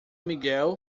miguel